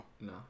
No